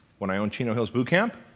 when i owned chino hills boot camp